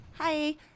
Hi